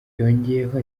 yongeyeho